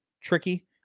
tricky